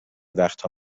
وقتها